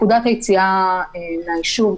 להציב מחסומים ולמנוע את היציאה באופן אקטיבי.